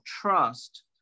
trust